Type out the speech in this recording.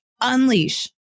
unleash